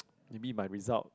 it mean my result